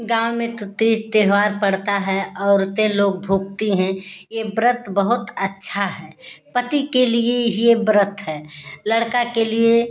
गाँव में तो तीज त्योहार पड़ता है औरतें लोग भूखती हैं ये व्रत बहुत अच्छा है पति के लिये ये व्रत है लड़का के लिए